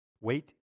Wait